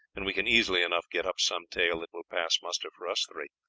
and we can easily enough get up some tale that will pass muster for us three.